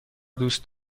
دوست